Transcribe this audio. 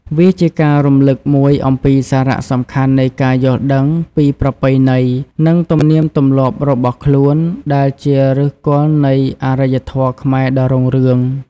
វាជាការរំលឹកមួយអំពីសារៈសំខាន់នៃការយល់ដឹងពីប្រពៃណី និងទំនៀមទម្លាប់របស់ខ្លួន ដែលជាឫសគល់នៃអរិយធម៌ខ្មែរដ៏រុងរឿង។